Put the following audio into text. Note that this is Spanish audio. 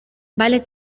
vale